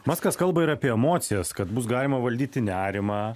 muskas kalba ir apie emocijas kad bus galima valdyti nerimą